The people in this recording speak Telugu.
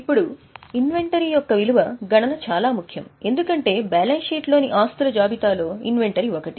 ఇప్పుడు ఇన్వెంటరీ యొక్క విలువ గణన చాలా ముఖ్యం ఎందుకంటే బ్యాలెన్స్ షీట్లోని ఆస్తుల జాబితాలో ఇన్వెంటరీ ఒకటి